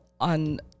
on